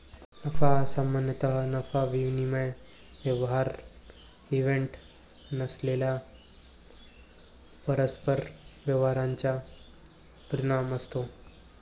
नफा हा सामान्यतः नफा विनिमय व्यवहार इव्हेंट नसलेल्या परस्पर व्यवहारांचा परिणाम असतो